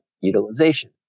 utilization